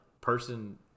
Person –